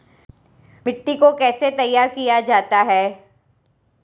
मिट्टी को कैसे तैयार किया जाता है?